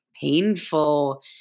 painful